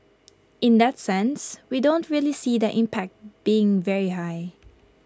in that sense we don't really see the impact being very high